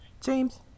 James